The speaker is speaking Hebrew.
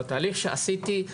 בתהליך שעשיתי,